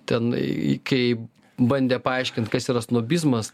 ten kaip bandė paaiškint kas yra snobizmas